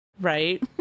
right